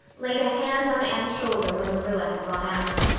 laid a hand on anne's shoulder when marilla had gone out.